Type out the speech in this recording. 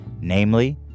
Namely